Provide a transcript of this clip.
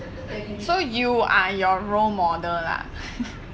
so you are your role model lah